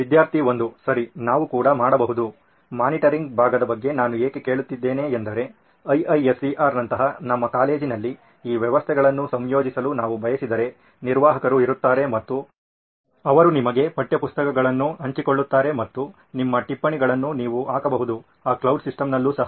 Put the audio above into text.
ವಿದ್ಯಾರ್ಥಿ 1 ಸರಿ ನಾವು ಕೂಡ ಮಾಡಬಹುದು ಮಾನಿಟರಿಂಗ್ ಭಾಗದ ಬಗ್ಗೆ ನಾನು ಯಾಕೆ ಕೇಳುತ್ತಿದ್ದೇನೆಂದರೆ IISER ನಂತಹ ನಮ್ಮ ಕಾಲೇಜಿನಲ್ಲಿ ಈ ವ್ಯವಸ್ಥೆಗಳನ್ನು ಸಂಯೋಜಿಸಲು ನಾವು ಬಯಸಿದರೆ ನಿರ್ವಾಹಕರು ಇರುತ್ತಾರೆ ಮತ್ತು ಅವರು ನಿಮಗೆ ಪಠ್ಯಪುಸ್ತಕಗಳನ್ನು ಹಂಚಿಕೊಳ್ಳುತ್ತಾರೆ ಮತ್ತು ನಿಮ್ಮ ಟಿಪ್ಪಣಿಗಳನ್ನು ನೀವು ಹಾಕಬಹುದು ಆ ಕ್ಲೌಡ್ ಸಿಸ್ಟಮ್ ನಲ್ಲೂ ಸಹ